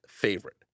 favorite